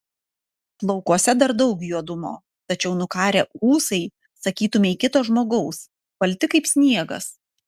plaukuose dar daug juodumo tačiau nukarę ūsai sakytumei kito žmogaus balti kaip sniegas